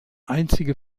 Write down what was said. einzige